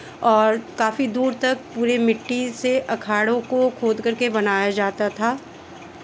और काफ़ी दूर तक पूरे मिट्टी से अखाड़ों को खोदकर के बनाया जाता था